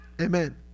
Amen